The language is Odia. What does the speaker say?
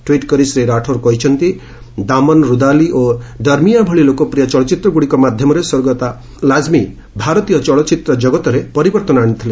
ଟ୍ୱିଟ୍ କରି ଶ୍ରୀ ରାଥୋଡ୍ କହିଛନ୍ତି ଦାମନ୍ ରୁଦାଲି ଓ ଡର୍ମିଆଁ ଭଳି ଲୋକପ୍ରିୟ ଚଳଚ୍ଚିତ୍ରଗୁଡ଼ିକ ମାଧ୍ୟମରେ ସ୍ୱର୍ଗତ ରାଜ୍ମୀ ଭାରତୀୟ ଚଳଚ୍ଚିତ୍ର କଗତରେ ପରିବର୍ତ୍ତନ ଆଣିଥିଲେ